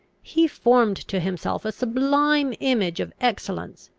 he formed to himself a sublime image of excellence,